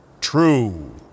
True